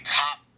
top